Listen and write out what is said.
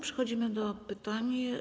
Przechodzimy do pytań.